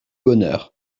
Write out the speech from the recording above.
bonheur